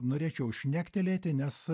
norėčiau šnektelėti nes